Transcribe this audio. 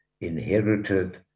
inherited